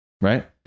right